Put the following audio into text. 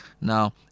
Now